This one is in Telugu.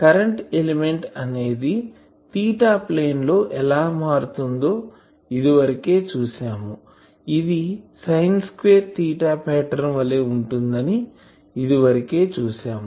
కరెంటు ఎలిమెంట్ అనేది తీటా ప్లేన్ లో ఎలా మారుతుందో ఇది వరకే చూసాము ఇది సైన్ స్క్వేర్ తీటా పాటర్న్ వలె ఉంటుందని ఇది వరకే చూసాం